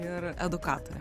ir edukatore